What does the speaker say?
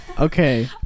Okay